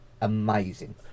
amazing